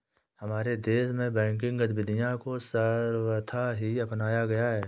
हमारे देश में बैंकिंग गतिविधियां को सर्वथा ही अपनाया गया है